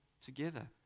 together